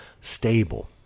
stable